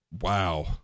wow